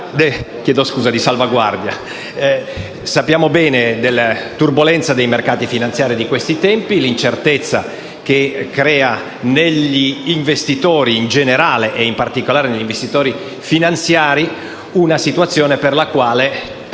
clausole di salvaguardia. Sappiamo bene della turbolenza dei mercati finanziari di questi tempi, dell’incertezza che crea negli investitori in generale e in particolare negli investitori finanziari una situazione per la quale